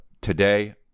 today